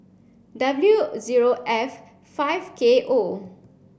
W zero F five K O